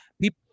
People